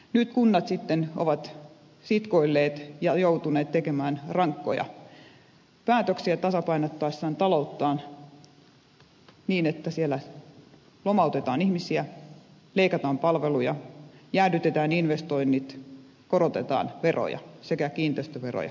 nyt kunnat sitten ovat sitkoilleet ja joutuneet tekemään rankkoja päätöksiä tasapainottaessaan talouttaan niin että siellä lomautetaan ihmisiä leikataan palveluja jäädytetään investoinnit korotetaan veroja sekä kiinteistöveroja että muita veroja